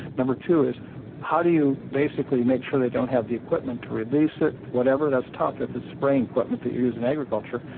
number two is how do you basically make sure they don't have the equipment to release it? whatever, that's tough if it's spraying equipment that you use in agriculture.